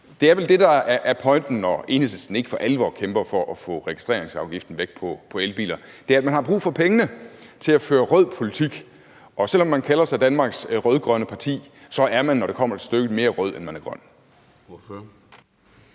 Det er vel det, der er pointen, når Enhedslisten ikke for alvor kæmper for at få registreringsafgiften på elbiler fjernet, nemlig at man har brug for pengene til at føre rød politik. Og selv om man kalder sig Danmarks rød-grønne parti, så er man, når det kommer til stykket, mere rød, end man er grøn.